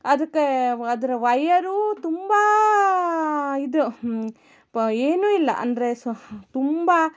ಅದಕ್ಕೆ ಅದ್ರ ವಯರ್ರು ತುಂಬ ಇದು ಪ ಏನು ಇಲ್ಲ ಅಂದರೆ ಸ್ವ ತುಂಬ